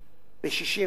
ואני גם אסביר מדוע.